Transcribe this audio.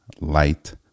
light